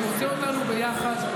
הוא רוצה אותנו ביחד,